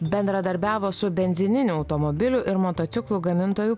bendradarbiavo su benzininių automobilių ir motociklų gamintoju